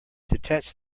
detach